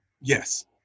Yes